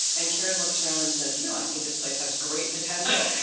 and karen looks around and says, you know, i think this place has great potential.